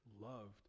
loved